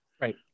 Right